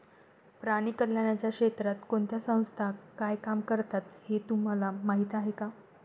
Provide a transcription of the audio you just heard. प्राणी कल्याणाच्या क्षेत्रात कोणत्या संस्था काय काम करतात हे तुम्हाला माहीत आहे का?